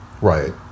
right